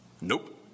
Nope